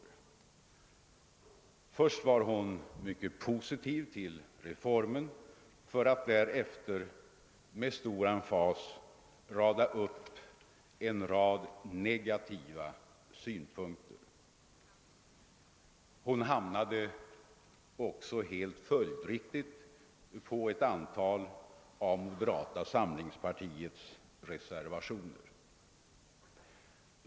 Hon förklarade sig vara mycket positiv till reformen men radade därefter med emfas upp negativa synpunkter. Hon hamnade också helt följdriktigt på ett antal av moderata samlingspartiets reservationer.